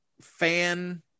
fan